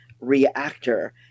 reactor